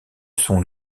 son